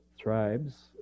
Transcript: tribes